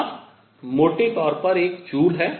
R मोटे तौर पर एक जूल है